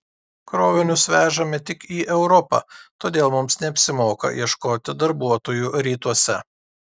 krovinius vežame tik į europą todėl mums neapsimoka ieškoti darbuotojų rytuose